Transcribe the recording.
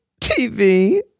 TV